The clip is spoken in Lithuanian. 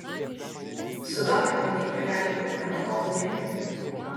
su tokia maudymke gali būt nepatogu minti